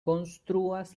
konstruas